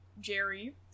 Jerry